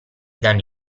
danno